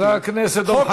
חבר הכנסת דב חנין,